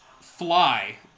fly